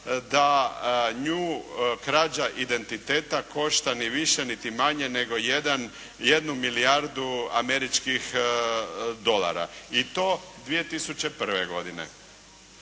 da nju krađa identiteta košta ni više, niti manje nego jednu milijardu američkih dolara i to 2001. godine.